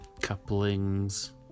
Couplings